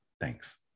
Thanks